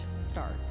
start